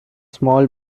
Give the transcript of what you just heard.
small